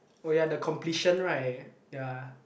oh ya the completion right ya